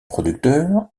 producteur